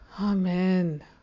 Amen